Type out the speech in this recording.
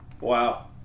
Wow